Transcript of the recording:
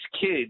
kids